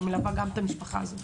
אני מלווה גם את המשפחה הזאת.